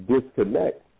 disconnect